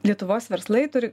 lietuvos verslai turi